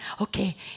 Okay